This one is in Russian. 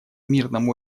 мирном